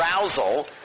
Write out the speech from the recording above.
arousal